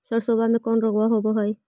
सरसोबा मे कौन रोग्बा होबय है?